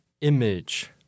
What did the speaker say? image